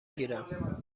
گیرم